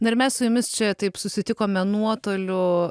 na ir mes su jumis čia taip susitikome nuotoliu